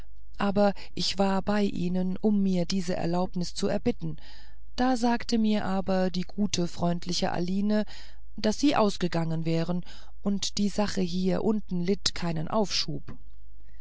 aber ich war bei ihnen um mir diese erlaubnis zu erbitten da sagte mir aber die gute freundliche aline daß sie ausgegangen wären und die sache hier unten litt keinen aufschub